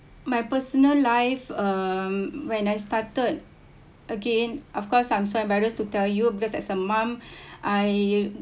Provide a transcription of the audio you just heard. my personal life um when I started again of course I'm so embarrassed to tell you because as a mum I